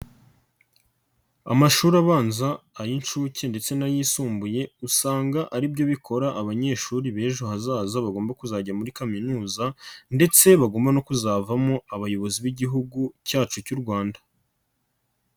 Amashuri abanza, ay'inshuke ndetse n'ayisumbuye usanga ari byo bikora abanyeshuri b'ejo hazaza bagomba kuzajya muri kaminuza ndetse bagomba no kuzavamo abayobozi b'Igihugu cyacu cy'u Rwanda.